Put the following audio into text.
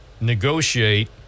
negotiate